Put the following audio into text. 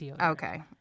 okay